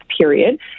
period